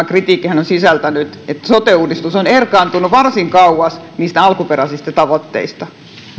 kritiikkihän on sisältänyt sen että sote uudistus on erkaantunut varsin kauas niistä alkuperäisistä tavoitteista niin